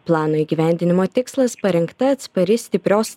plano įgyvendinimo tikslas parinkta atspari stiprios